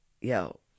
Yo